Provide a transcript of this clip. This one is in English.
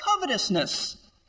covetousness